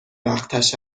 وقتش